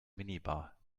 minibar